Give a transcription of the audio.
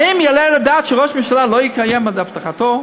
האם יעלה על הדעת שראש הממשלה לא יקיים את הבטחתו?